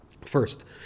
First